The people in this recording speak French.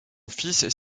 fils